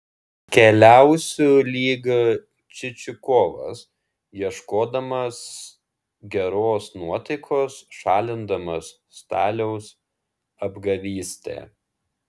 keliausiu lyg čičikovas ieškodamas geros nuotaikos šalindamas staliaus apgavystę